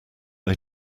they